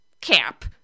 Cap